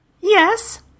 Yes